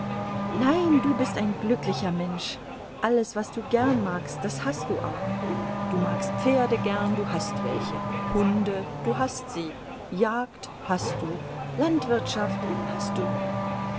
nein du bist ein glücklicher mensch alles was du gern magst das hast du auch du magst pferde gern du hast welche hunde du hast sie jagd hast du landwirtschaft hast du